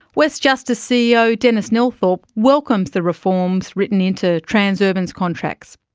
west justice ceo denis nelthorpe welcomes the reforms written into transurban's contracts,